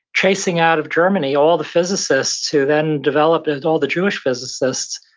chasing out of germany all the physicists, who then developed and all the jewish physicists,